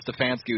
Stefanski